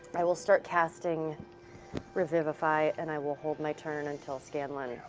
i will start casting revivify, and i will hold my turn until scanlan